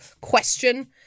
question